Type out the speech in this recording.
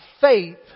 faith